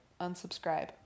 Unsubscribe